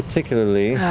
particularly.